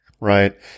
right